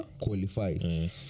qualified